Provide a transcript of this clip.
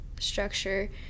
structure